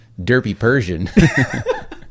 derpypersian